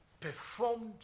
performed